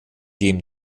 dem